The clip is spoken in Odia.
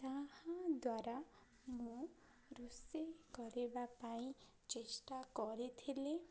ତାହାଦ୍ୱାରା ମୁଁ ରୋଷେଇ କରିବା ପାଇଁ ଚେଷ୍ଟା କରିଥିଲି